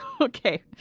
okay